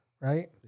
Right